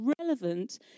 relevant